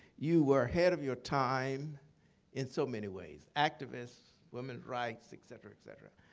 you are ahead of your time in so many ways. activist, women's rights, et cetera, et cetera.